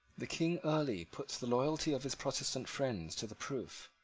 the king early put the loyalty of his protestant friends to the proof.